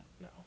No